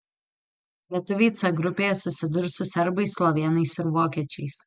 lietuviai c grupėje susidurs su serbais slovėnais ir vokiečiais